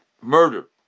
murder